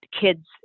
kids